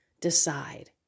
decide